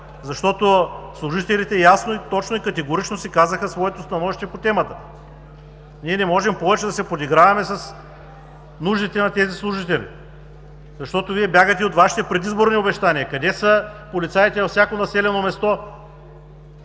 защото служителите ясно, точно и категорично си казаха своето становище по темата. Ние не можем повече да се подиграваме с нуждите на тези служители, защото Вие бягате от Вашите предизборни обещания. Къде са полицаите във всяко населено място?